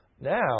Now